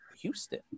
Houston